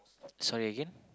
sorry again